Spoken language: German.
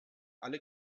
alle